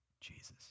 Jesus